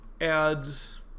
adds